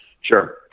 Sure